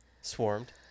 swarmed